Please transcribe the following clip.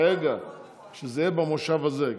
שזה יהיה במושב הזה,